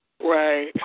Right